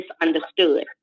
misunderstood